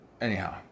Anyhow